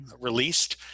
released